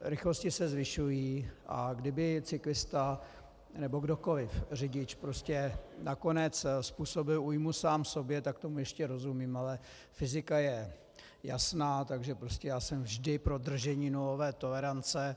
Rychlosti se zvyšují, a kdyby cyklista nebo kdokoliv, řidič, nakonec způsobil újmu sám sobě, tak tomu ještě rozumím, ale fyzika je jasná, takže prostě já jsem vždy pro držení nulové tolerance.